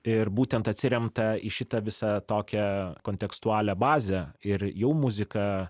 ir būtent atsiremta į šitą visą tokią kontekstualią bazę ir jau muzika